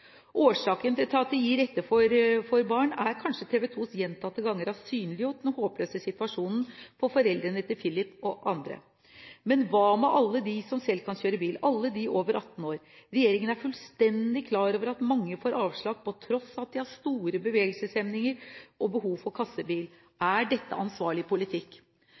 Årsaken til at de gir etter for barn, er kanskje at TV 2 gjentatte ganger har synliggjort den håpløse situasjonen for foreldrene til Filip og andre. Men hva med alle dem som selv kan kjøre bil, alle dem over 18 år? Regjeringen er fullstendig klar over at mange får avslag til tross for at de har store bevegelseshemninger og behov for kassebil. Er dette en ansvarlig politikk?